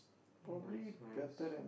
that's nice